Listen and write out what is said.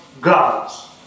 gods